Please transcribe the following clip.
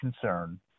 concern